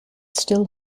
still